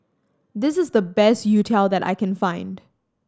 this is the best youtiao that I can find